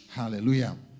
hallelujah